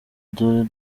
dore